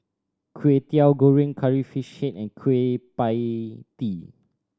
Kwetiau Goreng Curry Fish Head and Kueh Pie Tee